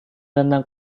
tentang